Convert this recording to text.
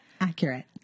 Accurate